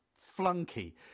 flunky